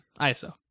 ISO